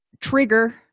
trigger